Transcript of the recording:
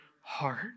heart